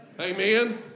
amen